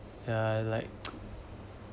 ya like